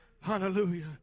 Hallelujah